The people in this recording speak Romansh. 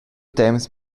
temps